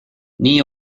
nii